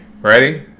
Ready